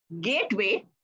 gateway